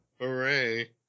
Hooray